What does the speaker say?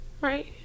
right